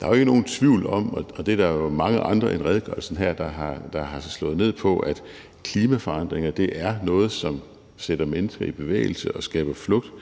Der er jo ikke nogen tvivl om – og det er der jo også mange andre end her i redegørelsen der har slået ned på – at klimaforandringer er noget, som sætter mennesker i bevægelse og skaber flugt,